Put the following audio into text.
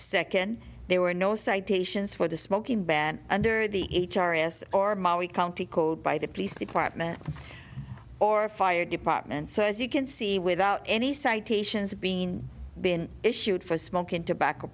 second there were no citations for the smoking ban under the h r s or mali county code by the police department or fire department so as you can see without any citations being been issued for smoking tobacco